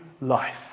life